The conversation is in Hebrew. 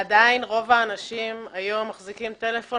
עדיין רוב האנשים היום מחזיקים טלפון